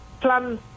Plan